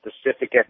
specific